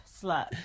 slut